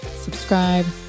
subscribe